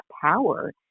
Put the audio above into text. power